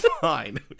fine